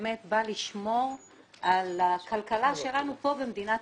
שבאמת בא לשמו על הכלכלה שלנו כאן במדינת